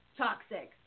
toxic